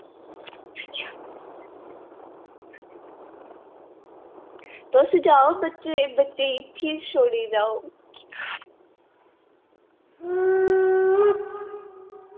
तुस जाओ बच्चे बच्चे गी इत्थै छोड़ी जाओ